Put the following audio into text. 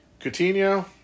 Coutinho